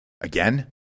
again